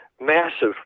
massive